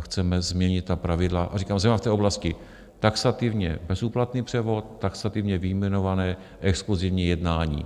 chceme změnit pravidla, a říkám, zejména v oblasti taxativně bezúplatný převod, taxativně vyjmenované exkluzivní jednání.